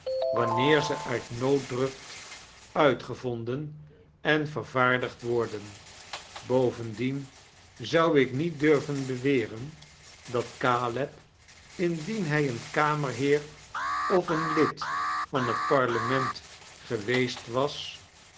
wanneer ze uit nooddruft uitgevonden en vervaardigd warden bovendien zou ik niet durveti beweren dat tjaleb indien hij een kamerheer of een lid van het parlement geweest was